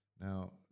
Now